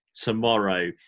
tomorrow